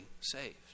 saved